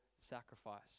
sacrifice